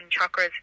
chakras